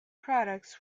products